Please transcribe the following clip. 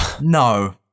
No